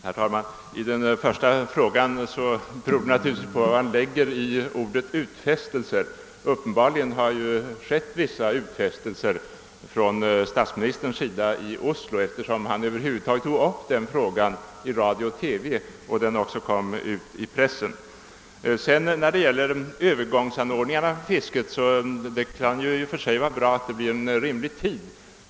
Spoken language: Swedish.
Herr talman! Vad min enkla fråga beträffar beror det naturligtvis mycket på vad man inlägger i ordet »utfästelser». Uppenbarligen har det gjorts vissa utfästelser av statsministern i Oslo, eftersom han över huvud tog upp den frågan i radio och TV och eftersom den även kom ut i pressen. När det gäller övergångsanordningarna för fisket, så kan det i och för sig vara bra att det blir fråga om en rimlig tid.